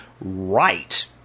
right